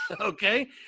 Okay